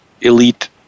elite